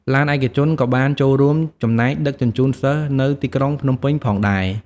ឡានឯកជនក៏បានចូលរួមចំណែកដឹកជញ្ជូនសិស្សនៅទីក្រុងភ្នំពេញផងដែរ។